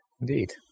Indeed